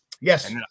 Yes